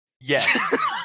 Yes